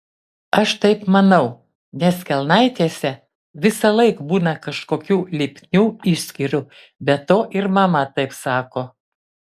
aš taip manau nes kelnaitėse visąlaik būna kažkokių lipnių išskyrų be to ir mama taip sako